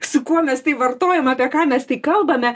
su kuo mes tai vartojom apie ką mes tai kalbame